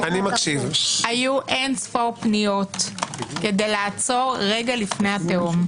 היו אין ספור פניות כדי לעצור רגע לפני התהום.